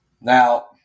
Now